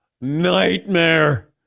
Nightmare